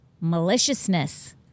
maliciousness